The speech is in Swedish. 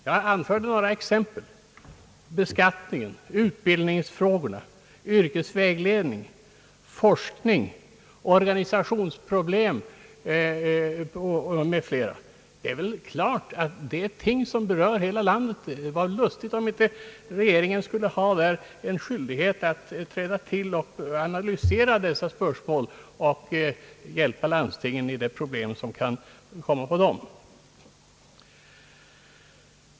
Jag anförde några exempel: beskattningen, utbildningsfrågorna, yrkesvägledningen, forskningen och organisationsfrågorna. Det är klart att dessa ting berör hela landet. Det vore väl lustigt om inte regeringen skulle ha skyldighet att träda till och analysera dessa spörsmål och hjälpa landstingen med de problem som kan komma på dem.